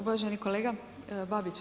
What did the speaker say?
Uvaženi kolega Babić.